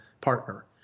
partner